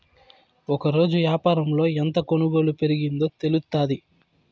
ఒకరోజు యాపారంలో ఎంత కొనుగోలు పెరిగిందో తెలుత్తాది